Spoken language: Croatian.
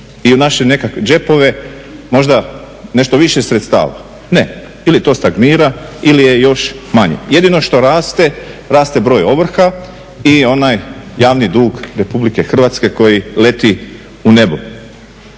i u naše nekakve džepove nešto više sredstava? Ne, ili to stagnira ili je još manje. Jedino što raste, raste broj ovrha i onaj javni dug RH koji leti u nebo.